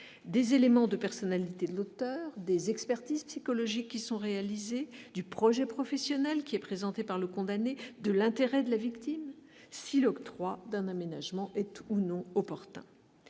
des éléments de personnalité de l'auteur des expertises psychologiques qui sont réalisés du projet professionnel qui est présenté par le condamné de l'intérêt de la victime si l'octroi d'un aménagement est ou non opportun,